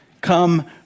come